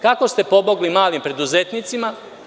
Kako ste pomogli malim preduzetnicima?